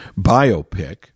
biopic